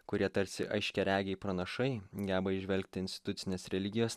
kurie tarsi aiškiaregiai pranašai geba įžvelgti institucinės religijos